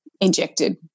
injected